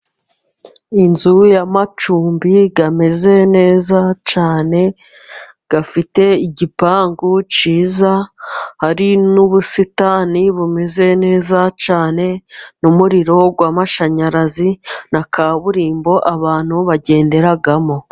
Inzu y'amacumbi ameze neza cyane ,afite igipangu cyiza ,hari n'ubusitani bumeze neza cyane ,n'umuriro w'amashanyarazi na kaburimbo abantu bagenderamo.